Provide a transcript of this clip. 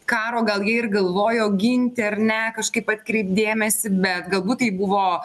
karo gal jie ir galvojo ginti ar ne kažkaip atkreipt dėmesį bet galbūt tai buvo